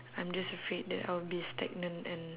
I'm just afraid that I will be stagnant and